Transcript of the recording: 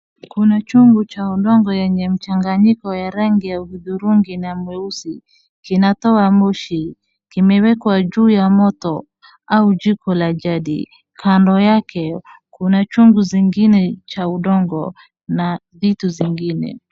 Kuna chungu cha udongo yenye mchanganyiko ya rangi ya hudhurugi na mweusi, kinatoa moshi, kimewekwa juu ya moto au jiko la jadi. Kando yake kuna chungu zingine cha udongo na vitu zingine.